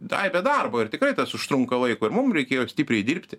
aibė darbo ir tikrai tas užtrunka laiko ir mum reikėjo stipriai dirbti